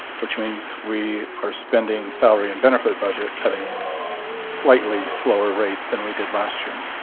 which means we are spending salary and benefit budget at a slightly slower rate than we did last year.